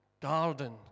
garden